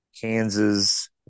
Kansas